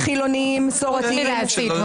אתה מטעה את הציבור.